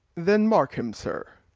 then mark him, sir,